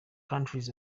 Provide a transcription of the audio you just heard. countries